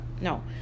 No